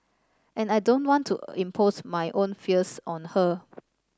and I don't want to impose my own fears on her